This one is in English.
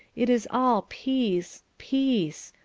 it is all peace, peace.